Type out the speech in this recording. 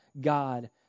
God